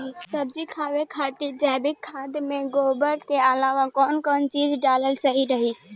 सब्जी उगावे खातिर जैविक खाद मे गोबर के अलाव कौन कौन चीज़ डालल सही रही?